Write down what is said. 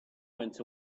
went